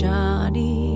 Johnny